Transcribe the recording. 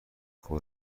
داشتیم